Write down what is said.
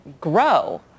grow